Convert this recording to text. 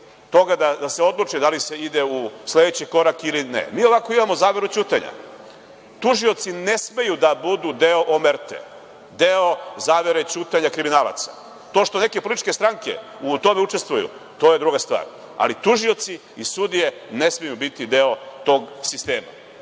da se odluči da li se ide u sledeći korak ili ne? Mi ovako imamo zaveru ćutanja. Tužioci ne smeju da budu deo omerte, deo zavere ćutanja kriminalaca. To što neke političke stranke u tome učestvuju, to je druga stvar, ali tužioci i sudije ne smeju biti deo tog sistema,